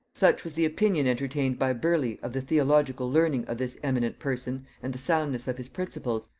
such was the opinion entertained by burleigh of the theological learning of this eminent person and the soundness of his principles,